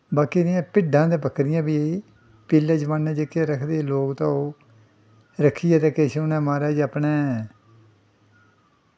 बाकी रेहियां भिड्डां ते बक्करियां बी पिच्छलै जमाने जेह्के रक्खदे हे लोग तां ओह् रक्खियै ते किश उ'नैं म्हाराज अपने